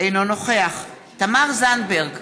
אינו נוכח תמר זנדברג,